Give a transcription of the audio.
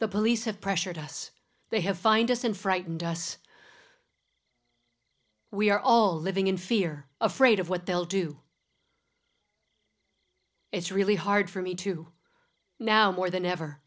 police have pressured us they have find us and frightened us we are all living in fear afraid of what they'll do it's really hard for me to now more than ever